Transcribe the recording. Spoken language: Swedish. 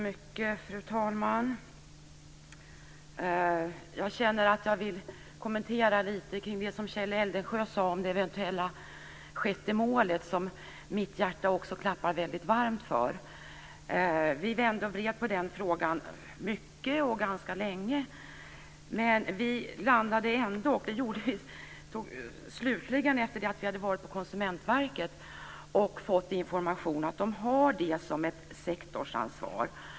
Fru talman! Jag känner att jag vill kommentera lite omkring det som Kjell Eldensjö sade om det eventuella sjätte målet, som mitt hjärta också klappar väldigt starkt för. Vi vände och vred på den frågan mycket och ganska länge. Slutligen, efter att vi hade varit på Konsumentverket och fått information, landade vi ändå på att de har det som ett sektorsansvar.